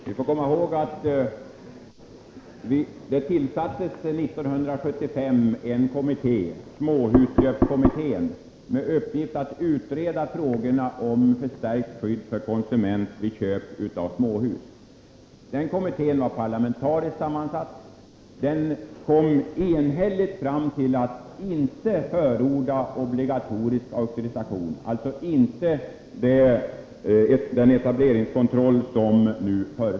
Herr talman! Vi får komma ihåg att det 1975 tillsattes en kommitté, småhusköpskommittén, med uppgift att utreda frågorna om förstärkt skydd för konsumenterna vid köp av småhus. Den kommittén var parlamentariskt sammansatt. Kommittén kom enhälligt fram till att inte förorda obligatorisk auktorisation, alltså inte en etableringskontroll som nu föreslås.